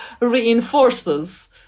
reinforces